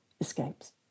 escapes